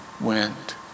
went